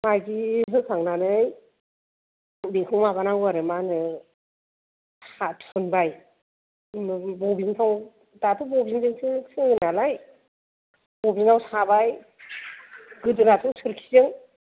माइदि होखांनानै बेखौ माबानांगौ आरो मा होनो फिसा थुनबाय उनाव बबिनखौ दाथ' बबिनजोंसो सोङो नालाय बबिनआव साबाय गोदोनाथ' सोरखिजों